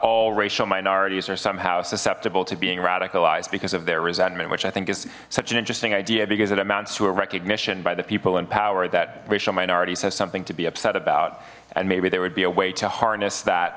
all racial minorities are somehow susceptible to being radicalized because of their resentment which i think is such an interesting idea because it amounts to a recognition by the people in power that racial minorities have something to be upset about and maybe there would be a way to harness that